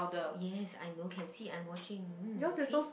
yes I know can see I'm watching mm see